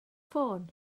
ffôn